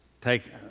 take